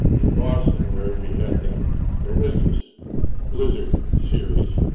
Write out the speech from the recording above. in boston, where we had that horrendous blizzard series,